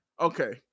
Okay